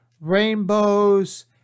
rainbows